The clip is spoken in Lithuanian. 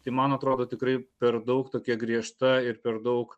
tai man atrodo tikrai per daug tokia griežta ir per daug